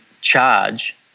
charge